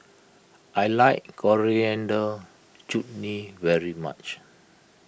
I like Coriander Chutney very much